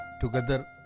together